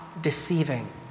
deceiving